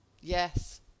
yes